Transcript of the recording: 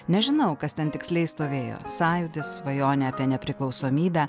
nežinau kas ten tiksliai stovėjo sąjūdis svajonė apie nepriklausomybę